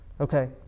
Okay